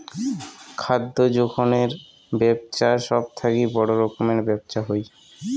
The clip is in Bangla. খাদ্য যোখনের বেপছা সব থাকি বড় রকমের ব্যপছা হই